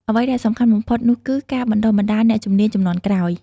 អ្វីដែលសំខាន់បំផុតនោះគឺការបណ្ដុះបណ្ដាលអ្នកជំនាញជំនាន់ក្រោយ។